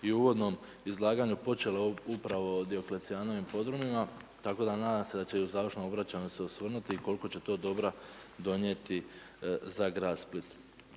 i u uvodnom izlaganju počela upravo o Dioklecijanovim podrumima tako da nadam se da će u završnom obraćanju se osvrnuti koliko će to dobra donijeti za grad Split.